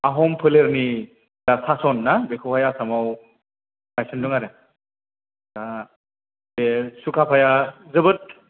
आहम फोलेरनि जा सास'न ना बेखौहाय आसामआव गायसनदों आरो दा बे सुकापाया जोबोद